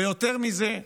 ויותר מזה,